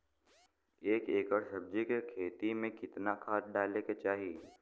एक एकड़ सब्जी के खेती में कितना खाद डाले के चाही?